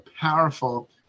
powerful